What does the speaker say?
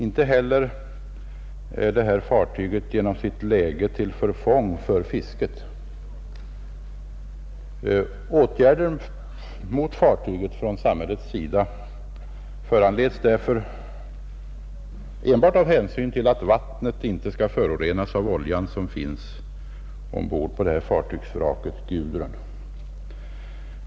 Inte heller är fartyget genom sitt läge till förfång för fisket. Åtgärder mot fartyget från samhällets sida föranleds därför enbart av hänsyn till att vattnet inte skall förorenas av den olja som finns ombord på fartygsvraket, Gudrun.